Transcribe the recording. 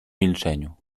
milczeniu